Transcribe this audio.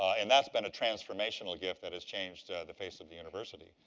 and that's been a transformational gift that has changed the face of the university.